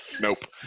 nope